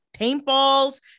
paintballs